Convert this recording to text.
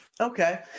Okay